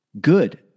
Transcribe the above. Good